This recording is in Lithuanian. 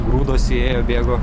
grūdosi ėjo bėgo